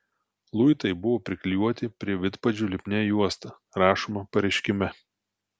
luitai buvo priklijuoti prie vidpadžių lipnia juosta rašoma pareiškime